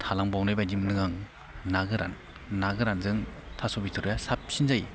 थालांबावनाय बायदि मोन्दों आं ना गोरान ना गोरानजों थास' बिथुरिया साबसिन जायो